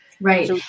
Right